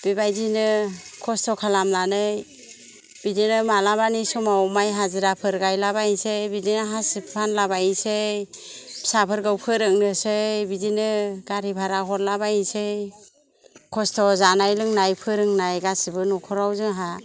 बेबायदिनो खस्थ' खालामनानै बिदिनो मालाबानि समाव माइ हाजिराफोर गायलाबायनोसै बिदिनो हासिब फानलाबायसै फिसाफोरखौ फोरोंनोसै बिदिनो गारि भारा हरलाबायसै खस्थ' जानाय लोंनाय फोरोंनाय गासिबो न'खराव जोंहा